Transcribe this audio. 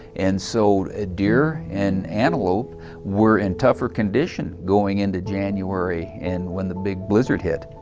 and so ah deer and antelope were in tougher condition going into january and when the big blizzard hit.